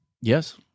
Yes